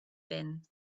bin